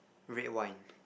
red wine